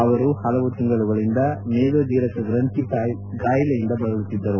ಅವರು ಪಲವು ತಿಂಗಳುಗಳಿಂದ ಮೇದೊಜೇರಕ ಗ್ರಂಥಿ ಕಾಯಿಲೆಯಿಂದ ಬಳಲುತ್ತಿದ್ದರು